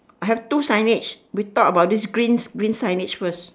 I have two signage we talk about this green green signage first